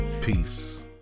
Peace